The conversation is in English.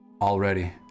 Already